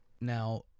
Now